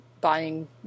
buying